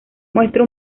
muestra